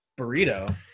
burrito